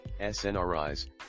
SNRIs